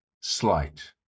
slight